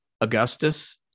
Augustus